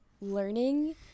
learning